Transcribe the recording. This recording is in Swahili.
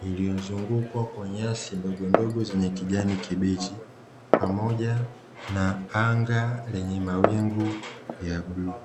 iliyozungukwa kwa nyasi ndogo ndogo, zenye kijani kibichi pamoja na anga lenye mawingu ya bluu.